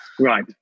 Right